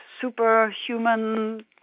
superhuman